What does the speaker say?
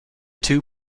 two